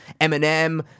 Eminem